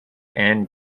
anne